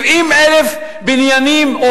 70,000 בניינים או